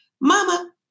mama